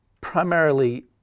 primarily